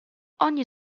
ogni